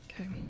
Okay